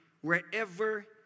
wherever